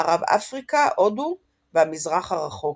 מערב אפריקה, הודו והמזרח הרחוק.